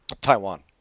taiwan